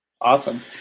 Awesome